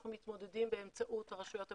אנחנו מתמודדים באמצעות הרשויות המקומיות.